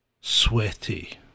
sweaty